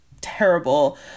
terrible